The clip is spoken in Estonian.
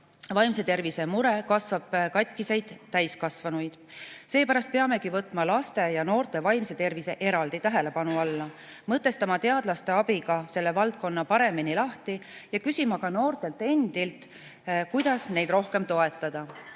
vaimse tervise mure kasvatab katkiseid täiskasvanuid. Seepärast peamegi võtma laste ja noorte vaimse tervise eraldi tähelepanu alla, mõtestama teadlaste abiga selle valdkonna paremini lahti ja küsima ka noortelt endilt, kuidas neid rohkem toetada.